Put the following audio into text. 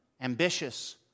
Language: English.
ambitious